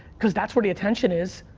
cuz that's where the attention is.